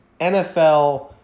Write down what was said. NFL